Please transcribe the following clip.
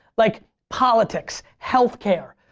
like politics, healthcare,